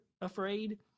afraid